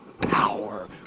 power